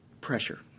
Pressure